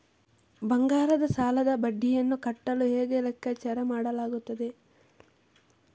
ಬಂಗಾರದ ಸಾಲದ ಬಡ್ಡಿಯನ್ನು ಕಟ್ಟಲು ಹೇಗೆ ಲೆಕ್ಕ ಮಾಡಲಾಗುತ್ತದೆ?